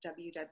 www